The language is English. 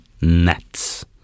nets